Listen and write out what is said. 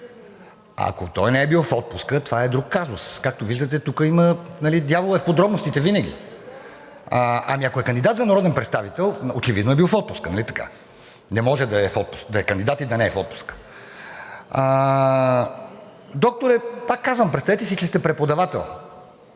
Ако той не е бил в отпуск, това е друг казус. Както виждате, тук има… Дяволът е в подробностите винаги. Ако е кандидат за народен представител, очевидно е бил в отпуск, нали така. Не може да е кандидат и да не е в отпуск. Докторе, пак казвам, представете си, че сте преподавател.